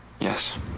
Yes